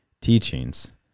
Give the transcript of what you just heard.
teachings